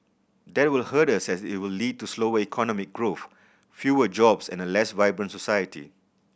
that will hurt us as it will lead to slower economic growth fewer jobs and a less vibrant society